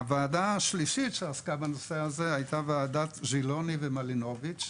הוועדה השלישית שעסקה בנושא הזה הייתה ועדת ז'ילוני ומלינוביץ',